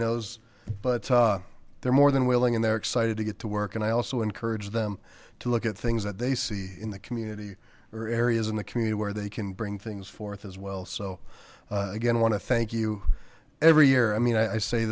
knows but they're more than willing and they're excited to get to work and i also encouraged them to look at things that they see in the community or areas in the community where they can bring things forth as well so again want to thank you every year i mean i say